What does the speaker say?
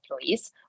employees